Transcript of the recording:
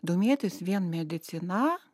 domėtis vien medicina